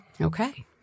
Okay